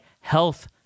health